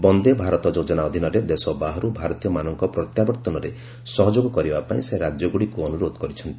ବନ୍ଦେ ଭାରତ ଯୋଜନା ଅଧୀନରେ ଦେଶ ବାହାରୁ ଭାରତୀୟମାନଙ୍କ ପ୍ରତ୍ୟାବର୍ତ୍ତନରେ ସହଯୋଗ କରିବା ପାଇଁ ସେ ରାଜ୍ୟଗୁଡ଼ିକୁ ଅନୁରୋଧ କରିଛନ୍ତି